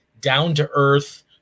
down-to-earth